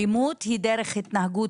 אלימות היא דרך התנהגות,